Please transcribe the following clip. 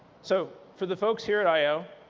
so for the folks here at i o,